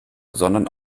sondern